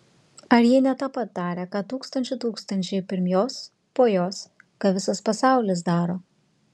ar ji ne tą pat darė ką tūkstančių tūkstančiai pirm jos po jos ką visas pasaulis daro